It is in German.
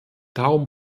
darum